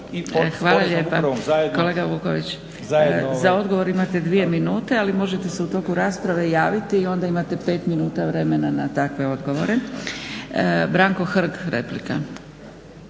Hvala lijepa. Kolega Vuković za odgovor imate 2 minuta ali možete se u toku rasprave javiti i onda imate 5 minuta vremena na takve odgovore. Branko Hrg, replika.